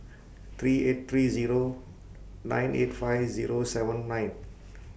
three eight three Zero nine eight five Zero seven nine